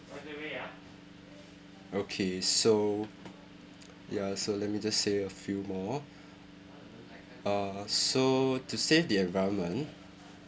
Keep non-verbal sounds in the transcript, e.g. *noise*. okay so *noise* ya so let me just say a few more *breath* uh so to save the environment